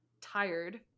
tired